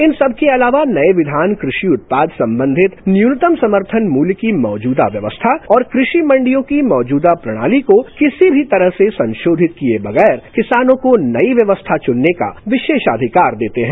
इन सबके अलावा नये विधान कृषि उत्पाद संबंधित न्यूनतम समर्थन मूल्य की मौजूदा व्यवस्था और कृषि मंडियों की मौजूदा प्रणाली को किसी भी तरह से संशोधित किए बगैर किसानों को नई व्यवस्था चुनने का विशेषाधिकार देते हैं